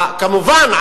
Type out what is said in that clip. כמובן,